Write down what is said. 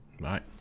Right